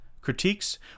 critiques